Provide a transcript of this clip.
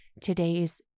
today's